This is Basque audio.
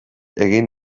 egin